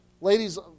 Ladies